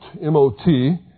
M-O-T